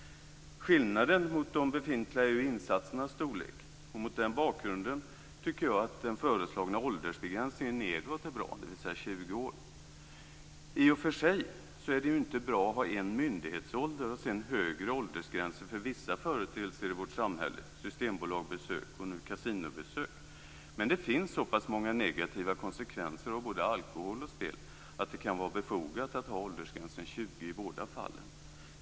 Skillnaden mot befintliga kasinon är storleken på insatserna. Mot den bakgrunden är den föreslagna åldersgränsen nedåt bra, dvs. 20 år. I och för sig är det inte bra att ha en myndighetsålder och sedan högre åldersgränser för vissa företeelser i vårt samhälle, systembolagbesök och nu kasinobesök. Men det finns så pass många negativa konsekvenser av både alkohol och spel att det kan vara befogat att ha åldersgränsen 20 i båda fallen.